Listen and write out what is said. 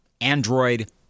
Android